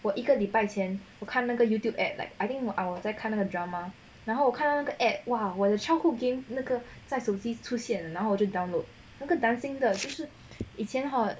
我一个礼拜前我看那个 Youtube ad like I think 我再看那个 drama 然后我看到那个 ad !wow! 我的 childhood game 那个在手机出现然后我就 download 那个 dancing 的就是以前很